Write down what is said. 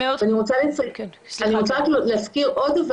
אני רוצה להזכיר עוד דבר.